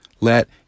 let